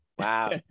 Wow